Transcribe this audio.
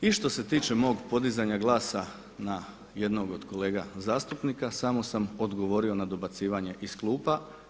I što se tiče mog podizanja glasa na jednog od kolega zastupnika samo sam odgovorio na dobacivanje iz klupa.